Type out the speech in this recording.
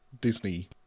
Disney